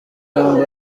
yombi